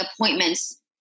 appointments